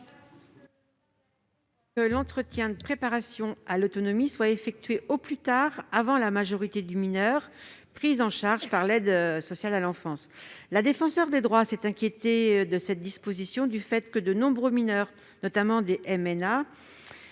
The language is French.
que l'entretien de préparation à l'autonomie soit effectué au plus tard un an avant la majorité du mineur pris en charge par l'aide sociale à l'enfance. La Défenseure des droits s'est inquiétée de cette disposition du fait que de nombreux mineurs- notamment des MNA